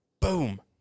Boom